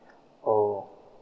oh